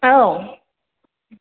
औ